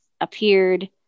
appeared